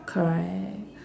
correct